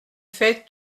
fait